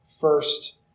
first